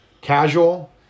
Casual